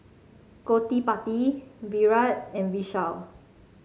Gottipati Virat and Vishal